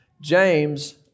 James